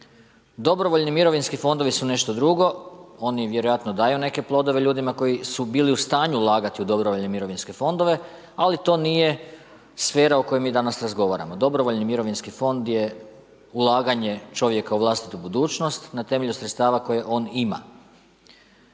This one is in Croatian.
Dobrovoljni mirovinski fondovi su nešto drugo, oni vjerojatno daju neke plodove ljudima koji su bili u stanju ulagati u dobrovoljne mirovinske fondove ali to nije sfera o kojoj mi danas razgovaramo. Dobrovoljni mirovinski fond je ulaganje čovjeka u vlastitu budućnost na temelju sredstava koje on ima.